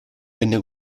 venne